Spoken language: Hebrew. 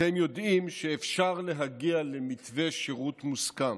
אתם יודעים שאפשר להגיע למתווה שירות מוסכם